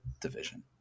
Division